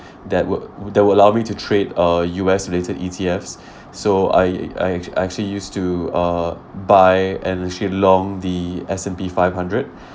that would that would allow me to trade uh U_S related E_T_Fs so I I actu~ I actually used to uh buy and the S_and_P five hundred